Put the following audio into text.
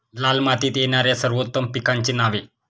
लाल मातीत येणाऱ्या सर्वोत्तम पिकांची नावे?